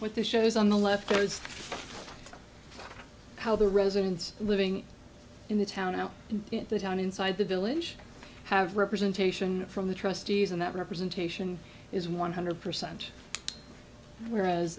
what this shows on the left was how the residents living in the town out in the town inside the village have representation from the trustees and that representation is one hundred percent whereas